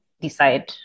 decide